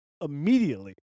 immediately